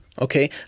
Okay